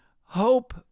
hope